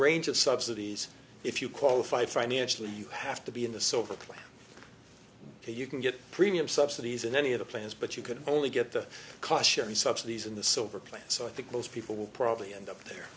range of subsidies if you qualify financially you have to be in the silver plan you can get premium subsidies in any of the plans but you could only get the caution subsidies in the silver plan so i think most people will probably end up there